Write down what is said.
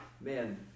man